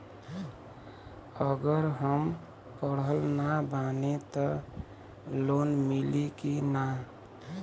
अगर हम पढ़ल ना बानी त लोन मिली कि ना?